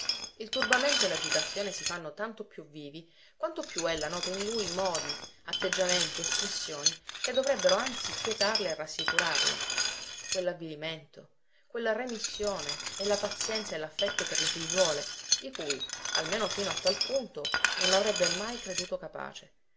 il turbamento e l'agitazione si fanno tanto più vivi quanto più ella nota in lui modi atteggiamenti espressioni che dovrebbero anzi quietarla e rassicurarla quell'avvilimento quella remissione e la pazienza e l'affetto per le figliuole di cui almeno fino a tal punto non l'avrebbe mai creduto capace